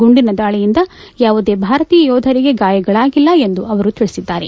ಗುಂಡಿನ ದಾಳಿಯಿಂದ ಯಾವುದೇ ಭಾರತೀಯ ಯೋಧರಿಗೆ ಗಾಯಗಳಾಗಿಲ್ಲ ಎಂದು ಅವರು ತಿಳಿಸಿದ್ದಾರೆ